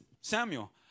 Samuel